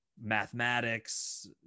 mathematics